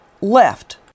left